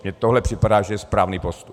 Mně tohle připadá, že je správný postup.